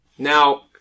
Now